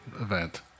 event